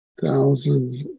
thousands